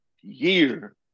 year